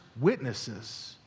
witnesses